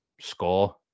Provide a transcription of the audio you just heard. score